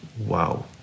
wow